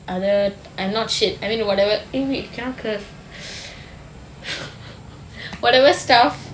other um not shit I mean whatever eh wait cannot curse whatever stuff